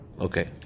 Okay